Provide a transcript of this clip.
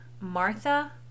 Martha